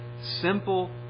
simple